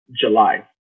July